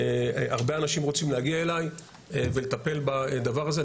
הרבה אנשים רוצים להגיע אליי ולטפל בדבר הזה.